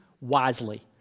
wisely